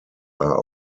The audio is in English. are